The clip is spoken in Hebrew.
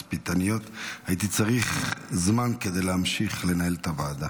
הייתי צריך זמן כדי להמשיך לנהל את הוועדה.